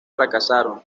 fracasaron